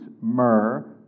myrrh